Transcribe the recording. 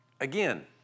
Again